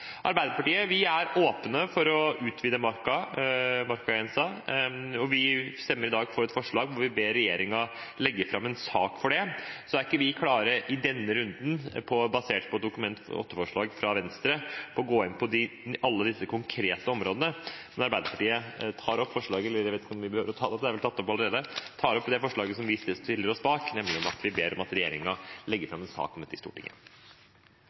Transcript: Vi i Arbeiderpartiet er åpne for å utvide markagrensen, og vi stemmer i dag for et forslag hvor vi ber regjeringen legge fram en sak om det. Så er ikke vi klare i denne runden, basert på Dokument 8-forslaget fra Venstre, til å gå inn på alle disse konkrete områdene, men Arbeiderpartiet stiller seg bak forslaget til vedtak der vi ber om at regjeringen legger fram en sak om dette i Stortinget. Markaloven er viktig for mange og har siden den ble innført i 2009, gitt næring til mange debatter om